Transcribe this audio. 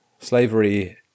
Slavery